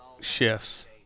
shifts